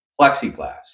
plexiglass